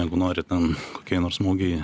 jeigu nori ten kokioj nors mugėj